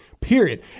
period